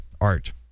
Art